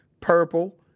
purple,